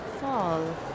fall